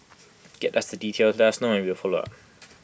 get the details let us know and we will follow up